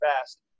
fast